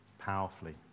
powerfully